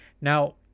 Now